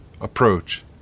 approach